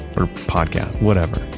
or podcast, whatever.